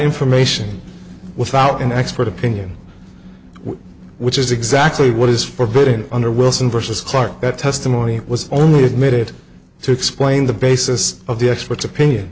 information without an expert opinion which is exactly what is forbidden under wilson versus clarke that testimony was only admitted to explain the basis of the expert's opinion